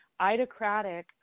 Idocratic